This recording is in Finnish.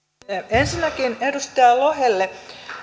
ensinnäkin edustaja lohelle